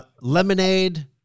Lemonade